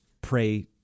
pray